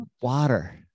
water